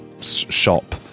shop